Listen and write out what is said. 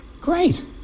Great